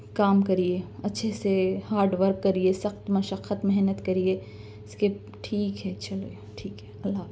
کام کریے اچھے سے ہارڈ ورک کریے سخت مشقت محنت کریے اِس کے ٹھیک ہے چلو ٹھیک ہے اللہ حافظ